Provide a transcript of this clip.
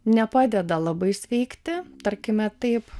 nepadeda labai sveikti tarkime taip